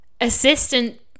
assistant